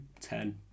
Ten